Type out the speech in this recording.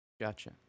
gotcha